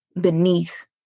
beneath